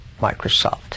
Microsoft